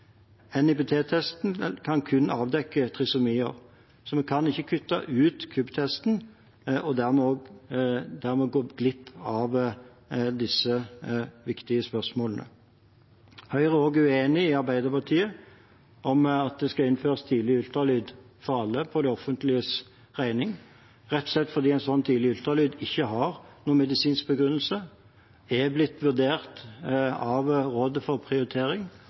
dermed gå glipp av disse viktige spørsmålene. Høyre er også uenig med Arbeiderpartiet i at det skal innføres tidlig ultralyd for alle, for det offentliges regning, rett og slett fordi en slik ultralyd ikke har en medisinsk begrunnelse, er blitt vurdert av rådet for prioritering,